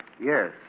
Yes